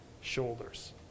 shoulders